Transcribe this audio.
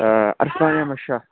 آ اَسَلام احمد شاہ